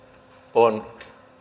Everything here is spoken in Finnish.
on